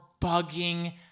bugging